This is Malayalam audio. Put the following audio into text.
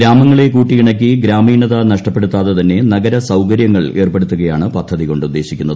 ഗ്രാമങ്ങളെ കൂട്ടിയിണക്കി ഗ്രാമീണത നഷ്ടപ്പെടുത്താതെ തന്നെ നഗരസൌകര്യങ്ങൾ ഏർപ്പെടുത്തുകയാണ് പദ്ധതികൊണ്ട് ഉദ്ദേശിക്കുന്നത്